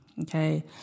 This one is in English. Okay